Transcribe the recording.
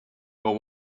well